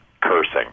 cursing